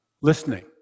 Listening